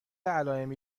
علائمی